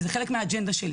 וזה חלק מהאג'נדה שלי,